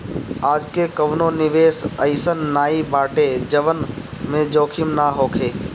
आजके कवनो निवेश अइसन नाइ बाटे जवना में जोखिम ना होखे